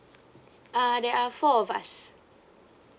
uh there are four of us